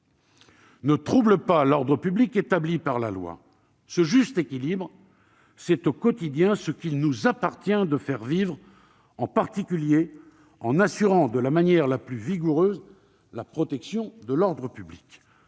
ne trouble pas l'ordre public établi par la loi ». Ce juste équilibre, c'est au quotidien ce qu'il nous appartient de le faire vivre, en particulier en assurant de la manière la plus vigoureuse la protection de l'ordre public.